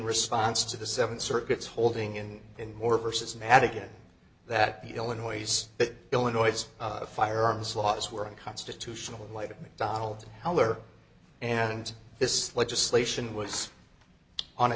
response to the seven circuits holding in and more versus mad again that the illinois illinois firearms laws were unconstitutional in light of mcdonald heller and this legislation was on a